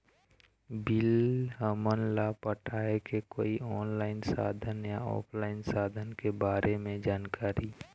Bill हमन ला पटाए के कोई ऑनलाइन साधन या ऑफलाइन साधन के बारे मे जानकारी?